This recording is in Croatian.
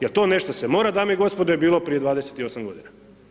Jer to nešto se mora dame i gospodo je bilo prije 28 godina.